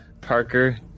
Parker